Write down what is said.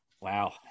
Wow